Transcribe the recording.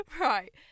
right